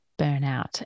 burnout